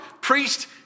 priest